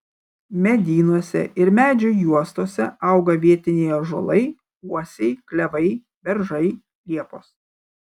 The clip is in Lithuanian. medynuose ir medžių juostose auga vietiniai ąžuolai uosiai klevai beržai liepos